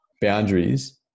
boundaries